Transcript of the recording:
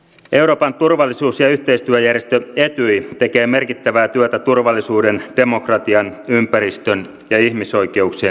euroopan turvallisuus ja yhteistyöjärjestö etyj tekee merkittävää työtä turvallisuuden demokratian ympäristön ja ihmisoikeuksien saralla